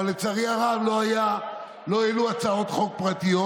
לצערי הרב לא העלו הצעות חוק פרטיות,